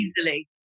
easily